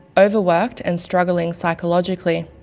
overworked, and struggling psychologically.